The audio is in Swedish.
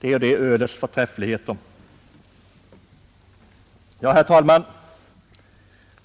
det eller det ölets förträfflighet. Herr talman!